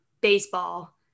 baseball